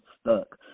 stuck